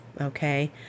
Okay